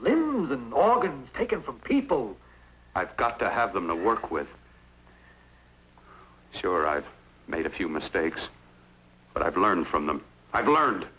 the organ taken from people i've got to have them to work with sure i've made a few mistakes but i've learned from them i've learned